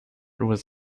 was